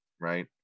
right